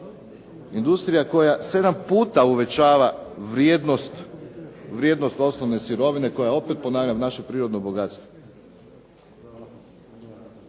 Industriji koja 7 puta uvećava vrijednost osnovne sirovine, koja opet ponavljam, naše prirodno bogatstvo.